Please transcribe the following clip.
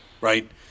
right